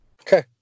Okay